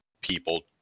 people